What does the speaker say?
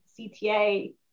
cta